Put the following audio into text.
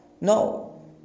No